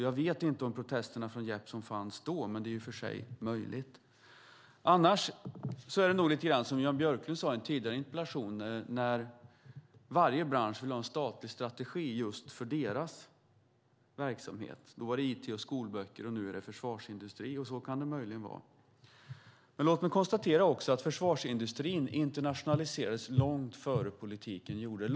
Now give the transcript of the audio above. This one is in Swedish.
Jag vet inte om protesterna från Jeppsson fanns då, men det är förstås möjligt. Annars är det nog lite som Jan Björklund sade i en tidigare interpellationsdebatt, nämligen att varje bransch vill ha en statlig strategi för just sin verksamhet. Då var det it och skolböcker det handlade om - nu är det försvarsindustri. Så kan det möjligen vara. Låt mig också konstatera att försvarsindustrin internationaliserades långt innan politiken gjorde det.